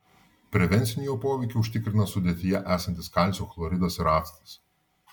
prevencinį jo poveikį užtikrina sudėtyje esantis kalcio chloridas ir actas